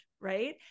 Right